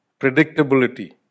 predictability